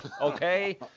okay